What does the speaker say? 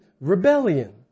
rebellion